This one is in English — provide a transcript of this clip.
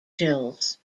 chills